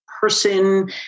person